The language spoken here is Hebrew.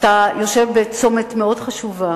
אתה יושב בצומת מאוד חשוב,